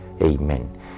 Amen